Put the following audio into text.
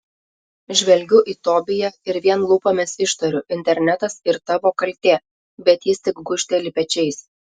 žvelgiu į tobiją ir vien lūpomis ištariu internetas ir tavo kaltė bet jis tik gūžteli pečiais